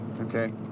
okay